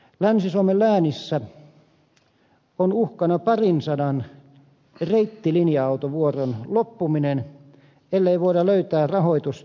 länsi suomen läänissä on uhkana parinsadan reittilinja autovuoron loppuminen ellei voida löytää rahoitusta